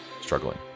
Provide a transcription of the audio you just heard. struggling